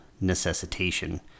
necessitation